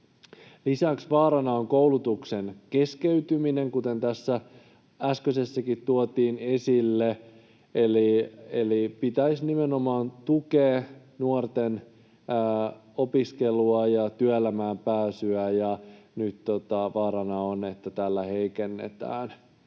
Lisäksi vaarana on koulutuksen keskeytyminen, kuten tässä äskeisessäkin tuotiin esille. Eli pitäisi nimenomaan tukea nuorten opiskelua ja työelämään pääsyä, ja nyt vaarana on, että tällä heikennetään